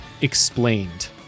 explained